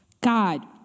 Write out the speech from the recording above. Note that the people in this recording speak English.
God